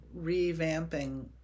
revamping